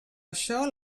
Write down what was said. això